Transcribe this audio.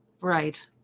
right